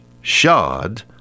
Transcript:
shod